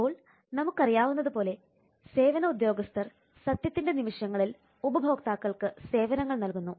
ഇപ്പോൾ നമുക്ക് അറിയാവുന്നതുപോലെ സേവന ഉദ്യോഗസ്ഥർ സത്യത്തിൻറെ നിമിഷങ്ങളിൽ ഉപഭോക്താക്കൾക്ക് സേവനങ്ങൾ നൽകുന്നു